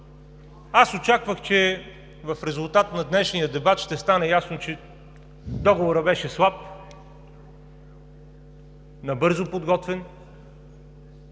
Очаквах, че в резултат на днешния дебат ще стане ясно, че Договорът беше слаб, набързо подготвен